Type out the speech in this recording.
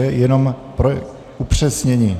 Jenom pro upřesnění.